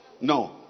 No